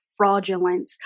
fraudulence